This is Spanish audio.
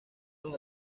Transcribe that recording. los